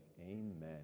Amen